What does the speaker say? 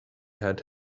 had